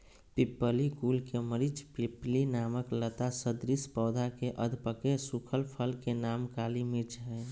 पिप्पली कुल के मरिचपिप्पली नामक लता सदृश पौधा के अधपके सुखल फल के नाम काली मिर्च हई